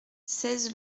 seize